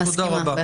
נכון, אני מסכימה.